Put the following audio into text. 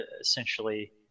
essentially